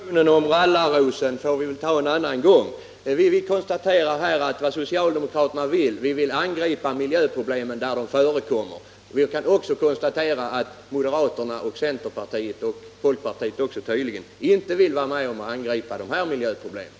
Herr talman! Diskussionen om Rallarrosen får vi väl ta en annan gång. Jag konstaterar att socialdemokraterna vill angripa miljöproblemen där de förekommer, och jag konstaterar också att moderata samlingspartiet, centerpartiet och tydligen också folkpartiet inte vill vara med om att ta itu med de här viktiga miljöproblemen.